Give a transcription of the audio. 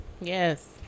Yes